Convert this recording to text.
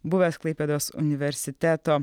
buvęs klaipėdos universiteto